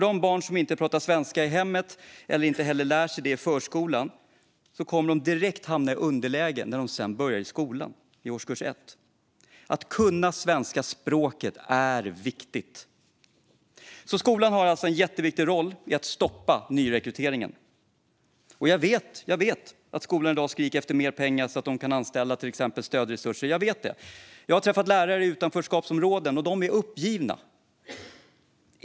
De barn som inte pratar svenska i hemmet och inte heller lär sig det i förskolan kommer direkt att hamna i underläge när de sedan börjar i årskurs 1 i skolan. Att kunna svenska språket är viktigt. Skolan har alltså en jätteviktig roll i att stoppa nyrekryteringen. Och jag vet att skolan i dag skriker efter mer pengar så att de kan anställa till exempel stödresurser. Jag har träffat lärare i utanförskapsområden, och de är uppgivna.